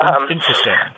Interesting